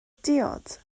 diod